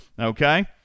Okay